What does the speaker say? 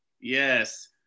Yes